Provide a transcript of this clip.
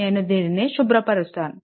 నేను దీనిని శుభ్రపరుస్తాను